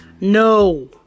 No